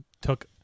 took